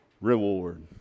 reward